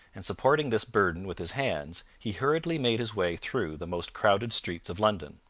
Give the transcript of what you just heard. and supporting this burden with his hands, he hurriedly made his way through the most crowded streets of london.